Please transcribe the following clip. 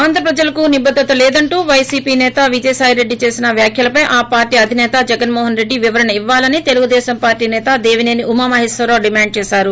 ఆంధ్ర ప్రజలకు నిబద్దత లేదంటూ పై సి పీ నేత విజయసాయి రెడ్డి చేసిన వ్యాఖ్యలపై ఆ పార్లీ అధిసేత జగన్మోహనరెడ్డి వివరణ ఇవ్వాలని తెలుగుదేశం పార్లీ నేత దేవిసేని ఉమామహేశ్వరరావు డిమాండ్ చేశారు